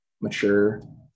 mature